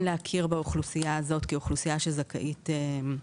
להכיר באוכלוסייה הזאת כאוכלוסייה שזכאית.